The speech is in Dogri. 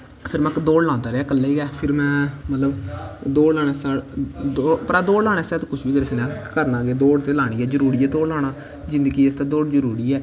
ते में दौड़ लांदा रेहा कल्लै गै फिर में दौड़ लानै आस्तै कुछ बी करी सकना ते करना केह् दौड़ ते जरूरी ऐ करना केह् जिंदगी आस्तै दौड़ जरूरी ऐ